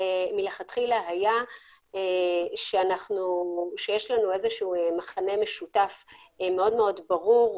מלכתחילה היה שיש לנו מחנה משותף מאוד ברור,